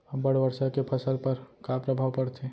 अब्बड़ वर्षा के फसल पर का प्रभाव परथे?